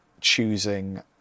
choosing